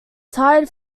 tired